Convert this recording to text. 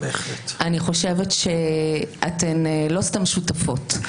אני חושבת שאתן לא סתם שותפות,